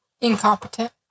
Incompetent